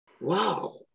Wow